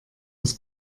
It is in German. das